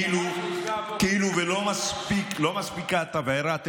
כאילו לא מספיקה התבערה,